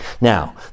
now